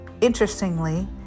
Interestingly